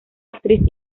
actriz